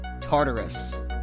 Tartarus